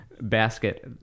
basket